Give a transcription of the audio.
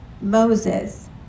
Moses